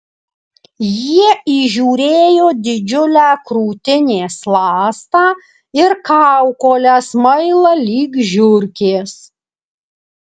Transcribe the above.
jie įžiūrėjo didžiulę krūtinės ląstą ir kaukolę smailą lyg žiurkės